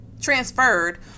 transferred